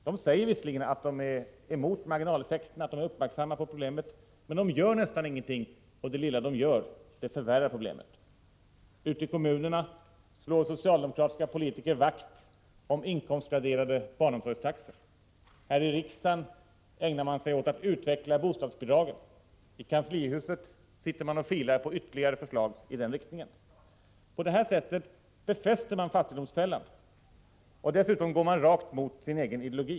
Ni säger att ni är emot marginaleffekterna och är uppmärksamma på problemet, men ni gör nästan ingenting, och det lilla ni gör förvärrar problemen. Ute i kommunerna slår socialdemokratiska politiker vakt om inkomstgraderade barnomsorgstaxor. Här i riksdagen ägnar sig socialdemokraterna åt att höja bostadsbidragen. Borta i kanslihuset sitter socialdemokratiska politiker och filar på ytterligare förslag som går i samma riktning. På det här sättet befäster man fattigdomsfällan. Dessutom går man rakt emot sin egen ideologi.